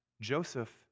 Joseph